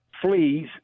fleas